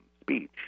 speech